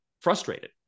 frustrated